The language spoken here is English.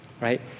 right